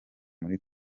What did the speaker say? muri